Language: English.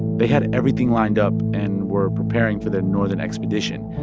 they had everything lined up and were preparing for their northern expedition.